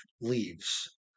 leaves